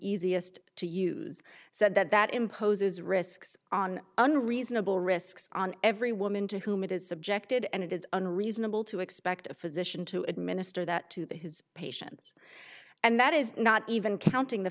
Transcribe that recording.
easiest to use said that that imposes risks on unreasonable risks on every woman to whom it is subjected and it is unreasonable to expect a physician to administer that to the his patients and that is not even counting the